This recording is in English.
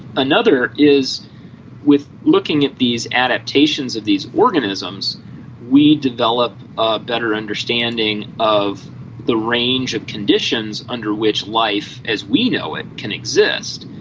another is with looking at these adaptations of these organisms we develop a better understanding of the range of conditions under which life as we know it can exist,